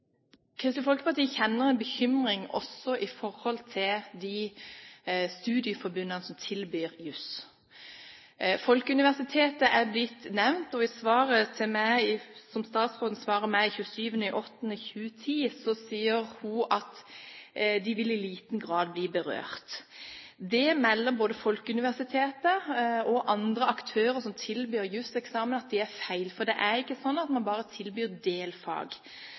Kristelig Folkeparti kjenner en bekymring med tanke på de studieforbundene som tilbyr jus. Folkeuniversitetet er blitt nevnt, og i svaret til meg fra statsråden, den 27. august 2010, sier hun at de i «liten grad vil bli berørt». Folkeuniversitetet og andre aktører som tilbyr juseksamen, melder om at det er feil, for det er ikke sånn at man bare tilbyr delfag.